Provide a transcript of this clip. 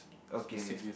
okay